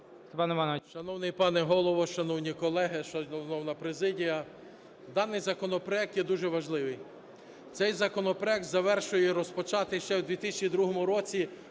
Шановний пане Голово, шановні колеги, шановна президія! Даний законопроект є дуже важливий. Цей законопроект завершує розпочатий ще у 2002 році